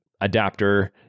adapter